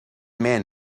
man